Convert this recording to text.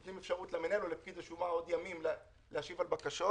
נותנים עוד ימים למנהל או לפקיד השומה להשיב על בקשות